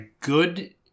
good